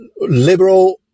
liberal